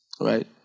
Right